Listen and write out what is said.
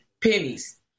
pennies